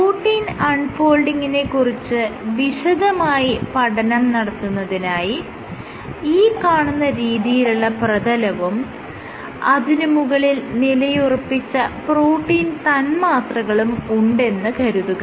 protein അൺ ഫോൾഡിങിനെ കുറിച്ച് വിശദമായി പഠനം നടത്തുന്നതിനായി ഈ കാണുന്ന രീതിയിലുള്ള പ്രതലവും അതിന് മുകളിൽ നിലയുറപ്പിച്ച പ്രോട്ടീൻ തന്മാത്രകളും ഉണ്ടെന്ന് കരുതുക